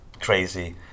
crazy